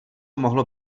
mohlo